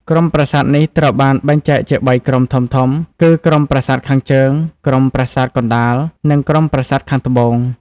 ក្រុមប្រាសាទនេះត្រូវបានបែងចែកជា ៣ ក្រុមធំៗគឺ ក្រុមប្រាសាទខាងជើង ក្រុមប្រាសាទកណ្ដាល និងក្រុមប្រាសាទខាងត្បូង។